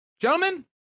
gentlemen